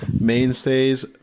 mainstays